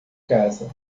casa